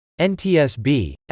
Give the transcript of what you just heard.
ntsb